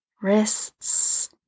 wrists